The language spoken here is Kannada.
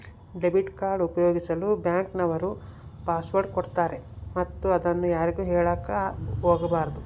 ಡೆಬಿಟ್ ಕಾರ್ಡ್ ಉಪಯೋಗಿಸಲು ಬ್ಯಾಂಕ್ ನವರು ಪಾಸ್ವರ್ಡ್ ಕೊಡ್ತಾರೆ ಮತ್ತು ಅದನ್ನು ಯಾರಿಗೂ ಹೇಳಕ ಒಗಬಾರದು